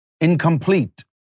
incomplete